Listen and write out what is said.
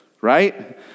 right